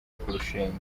kurushinga